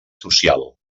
social